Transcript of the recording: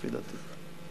לפי דעתי.